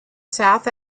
south